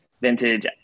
vintage